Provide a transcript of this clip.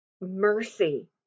mercy